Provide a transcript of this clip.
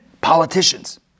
politicians